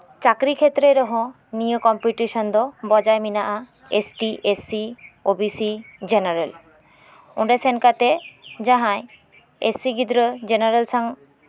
ᱪᱟᱠᱨᱤ ᱠᱷᱮ ᱛᱨᱮ ᱨᱮᱦᱚᱸ ᱱᱤᱭᱟᱹ ᱠᱚᱢᱯᱤᱴᱤᱥᱮᱱ ᱫᱚ ᱵᱚᱡᱟᱭ ᱢᱮᱱᱟᱜ ᱟ ᱮᱥᱴᱤ ᱮᱥᱥᱤ ᱳᱵᱤᱥᱤ ᱡᱮᱱᱟᱨᱮᱞ ᱚᱸᱰᱮ ᱥᱮᱱ ᱠᱟᱛᱮᱜ ᱡᱟᱦᱟᱸᱭ ᱮᱥᱴᱤ ᱜᱤᱫᱽᱨᱟᱹ ᱡᱮᱱᱟᱨᱮᱞ ᱥᱟᱝ